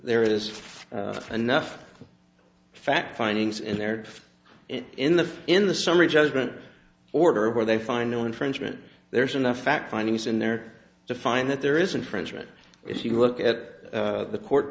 there is enough fact findings in there in the in the summary judgment order where they find no infringement there's enough fact findings in there to find that there isn't frenchmen if you look at the court